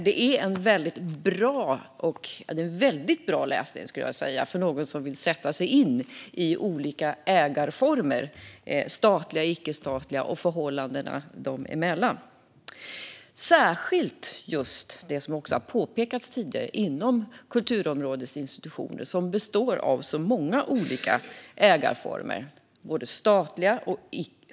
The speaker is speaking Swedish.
Det är bra läsning - väldigt bra, skulle jag vilja säga - för den som vill sätta sig in i olika ägarformer, statliga och icke-statliga, och förhållandena dem emellan. Som framhållits tidigare har kulturområdets institutioner många olika ägarformer.